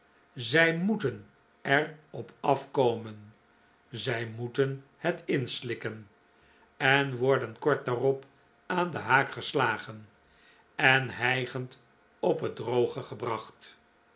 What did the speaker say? zij moeten er op afkomen zij moeten het inslikken en worden kort daarop aan den haak geslagen en hijgend op het droge gebracht